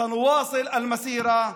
נמשיך את הדרך.